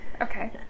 Okay